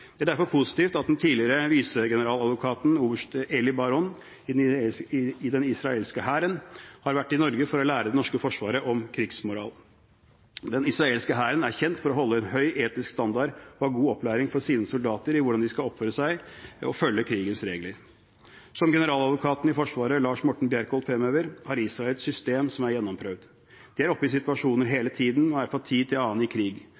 Det er derfor positivt at den tidligere visegeneraladvokaten, oberst Eli Bar-On i den israelske hæren, har vært i Norge for å lære det norske forsvaret om god krigsmoral. Den israelske hæren er kjent for å holde en høy etisk standard og har god opplæring for sine soldater i hvordan de skal oppføre seg og følge krigens regler. Som generaladvokaten i Forsvaret, Lars Morten Bjørkholt, fremhever, har Israel et system som er gjennomprøvd. De er oppe i situasjoner hele tiden og er fra tid til annen i krig.